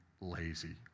lazy